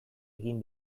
egin